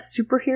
superhero